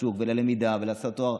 לשוק וללמידה ולעשות תואר,